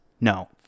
No